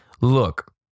look